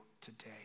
today